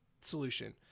solution